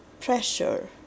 pressure